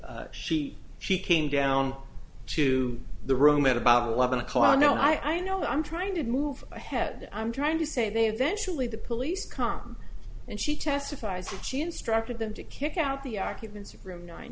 was she she came down to the room at about eleven o'clock i know i know i'm trying to move ahead i'm trying to say they eventually the police come and she testifies that she instructed them to kick out the occupants of room nine